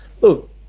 look